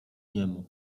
niemu